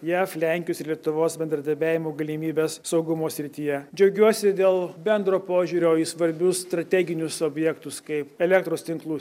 jav lenkijos ir lietuvos bendradarbiavimo galimybes saugumo srityje džiaugiuosi dėl bendro požiūrio į svarbius strateginius objektus kaip elektros tinklų